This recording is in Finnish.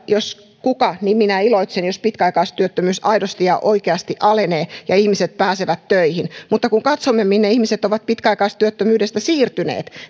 jos joku niin minä iloitsen jos pitkäaikaistyöttömyys aidosti ja oikeasti alenee ja ihmiset pääsevät töihin mutta kun katsomme minne ihmiset ovat pitkäaikaistyöttömyydestä siirtyneet